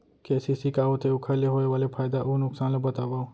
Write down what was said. KCC का होथे, ओखर ले होय वाले फायदा अऊ नुकसान ला बतावव?